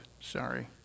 sorry